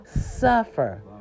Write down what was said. suffer